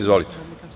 Izvolite.